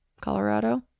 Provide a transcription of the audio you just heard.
Colorado